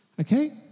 Okay